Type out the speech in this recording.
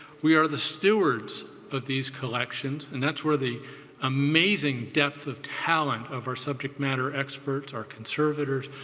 we are the stewards of these collections and that's where the amazing depth of talent of our subject matter experts, our conservators,